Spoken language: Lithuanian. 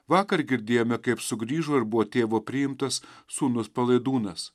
vakar girdėjome kaip sugrįžo ir buvo tėvo priimtas sūnus palaidūnas